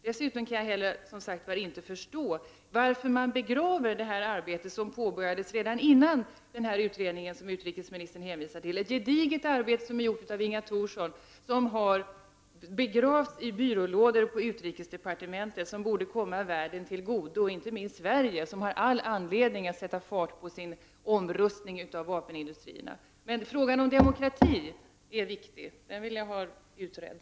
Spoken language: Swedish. Dessutom kan jag inte heller förstå varför man begraver det arbetet som påbörjades redan före den utredning som utrikesministern hänvisar till, dvs. ett gediget arbete som utfördes av Inga Thorsson. Detta har begravts i byrålådorna på utrikesdepartementet i stället för att komma hela världen till godo, inte minst Sverige, som har all anledning att sätta fart på omställningen av sin vapenindustri. Frågan om demokratin är viktig, och den vill jag ha belyst.